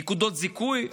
נקודות זיכוי.